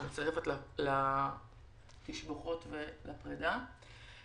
אני מצטרפת לתשבחות ולפרידה.